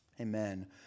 amen